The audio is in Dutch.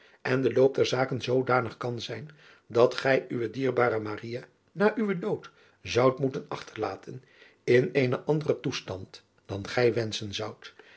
en de loop der zaken zoodanig kan zijn dat gij uwe dierbare na uwen dood zoudt moeten achterlaten in eenen anderen driaan oosjes zn et leven van aurits ijnslager toestand dan gij wenschen zoudt